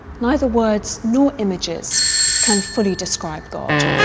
neither words nor images can fully describe god.